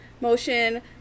motion